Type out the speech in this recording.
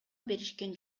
беришкен